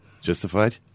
justified